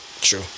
True